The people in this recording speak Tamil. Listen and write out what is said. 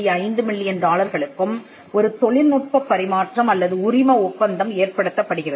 5 மில்லியன் டாலர்களுக்கும் ஒரு தொழில்நுட்பப் பரிமாற்றம் அல்லது உரிம ஒப்பந்தம் ஏற்படுத்தப்படுகிறது